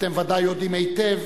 אתם ודאי יודעים היטב